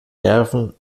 nerven